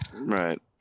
right